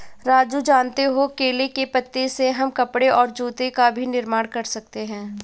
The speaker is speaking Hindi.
राजू जानते हो केले के पत्ते से हम कपड़े और जूते का भी निर्माण कर सकते हैं